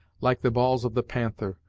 like the balls of the panther,